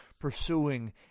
pursuing